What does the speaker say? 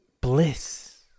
Bliss